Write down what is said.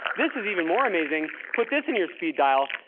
this is even more amazing. put this in your speed dial.